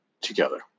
together